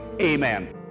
amen